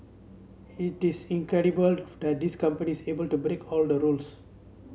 it is incredible of that this company is able to break all the rules